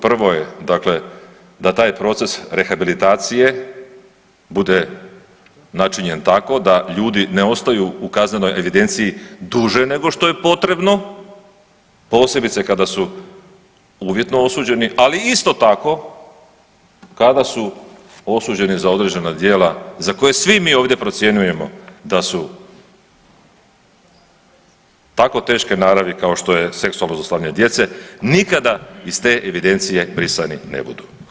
Prvo je da taj proces rehabilitacije bude načinjen tako da ljudi ne ostaju u kaznenoj evidenciji duže nego što je potrebno, posebice kada su uvjetno osuđeni, ali isto tako kada su osuđeni za određena djela za koje svi mi ovdje procjenjujemo da su tako teške naravi kao što je seksualno zlostavljanje djece, nikada iz te evidencije brisani ne budu.